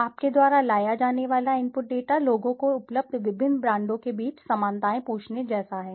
आपके द्वारा लाया जाने वाला इनपुट डेटा लोगों को उपलब्ध विभिन्न ब्रांडों के बीच समानताएं पूछने जैसा है